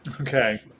Okay